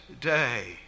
day